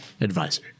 Advisor